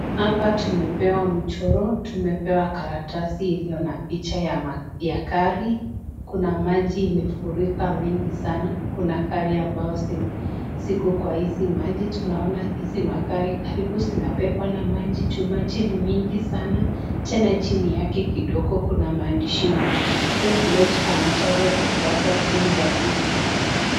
Hapa tumepewa mchoro. Tumepewa karatasi iliyo na picha ya ya gari. Kuna maji imefurika mingi sana. Kuna gari ambayo siku kwa hizi maji. Tunaona hizi magari karibu zinabebwa na maji chuma chini mingi sana. Tena chini yake kidogo kuna maandishi imenena, Don't let a natural disaster sink your business .